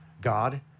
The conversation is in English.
God